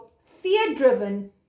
fear-driven